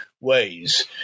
ways